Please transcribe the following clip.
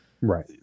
Right